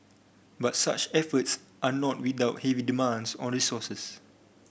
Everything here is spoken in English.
but such efforts are not without heavy demands on resources